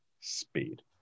speed